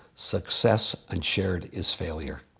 success unshared is failure.